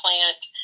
plant